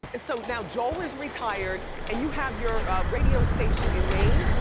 so now joel is retired and you have your radio station in maine?